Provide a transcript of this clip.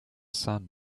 sun